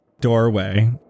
doorway